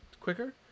quicker